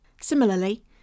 Similarly